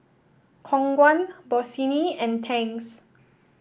Khong Guan Bossini and Tangs